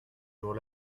jour